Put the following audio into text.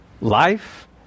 life